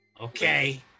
Okay